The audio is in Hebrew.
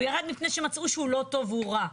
הוא ירד מפני שמצאו שהוא לא טוב והוא רע.